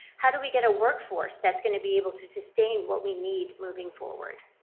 how do we get a workforce that is going to be able to sustain what we need moving forward?